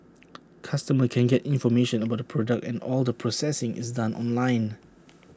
customers can get information about the product and all the processing is done online